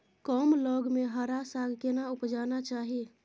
कम लग में हरा साग केना उपजाना चाही?